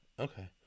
Okay